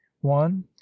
one